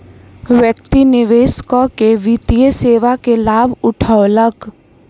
व्यक्ति निवेश कअ के वित्तीय सेवा के लाभ उठौलक